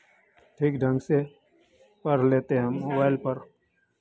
ठीक ढंग से पढ़ लेते हम मोबाइल पर